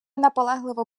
наполегливо